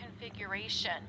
configuration